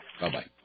Bye-bye